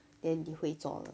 then 你会做的